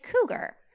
cougar